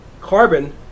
Carbon